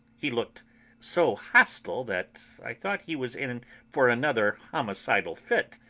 he looked so hostile that i thought he was in for another homicidal fit,